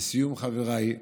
לסיום, חבריי,